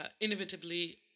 inevitably